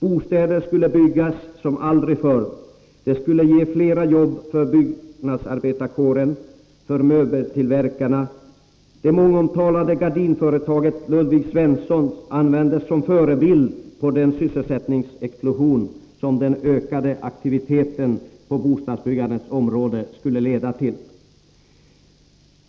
Bostäder skulle byggas som aldrig förr med fler jobb för byggnadsarbetarkåren och möbeltillverkarna som följd. Det mångomtalade gardinföretaget Ludvig Svensson användes som förebild för den sysselsättningsexplosion som den ökade aktiviteten på bostadsbyggandets område skulle leda till.